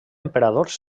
emperadors